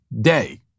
day